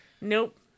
Nope